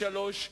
לשלוש,